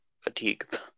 fatigue